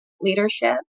leadership